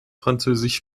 französisch